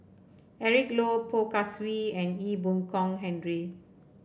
Eric Low Poh Kay Swee and Ee Boon Kong Henry